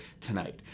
tonight